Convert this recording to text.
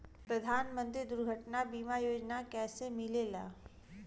प्रधानमंत्री दुर्घटना बीमा योजना कैसे मिलेला?